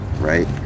right